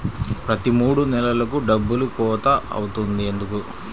ప్రతి మూడు నెలలకు డబ్బులు కోత అవుతుంది ఎందుకు?